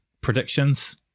Predictions